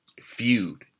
feud